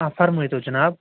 فرمٲتو جِناب